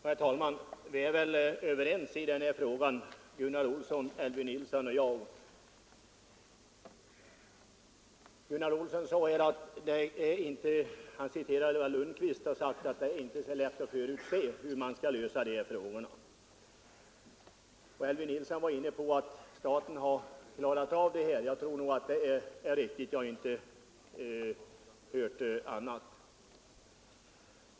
Herr talman! Herr Olsson i Edane, fru Nilsson i Sunne och jag är väl överens i den här frågan. Herr Olsson citerade vad statsrådet Lundkvist sagt, att det är inte så lätt att förutse hur man skall lösa dessa frågor, och fru Nilsson var inne på att staten har klarat av det här. Jag tror det är riktigt — jag har inte hört något annat.